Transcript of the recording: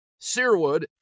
Searwood